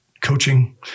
coaching